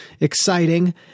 exciting